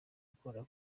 ukunda